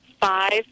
five